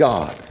God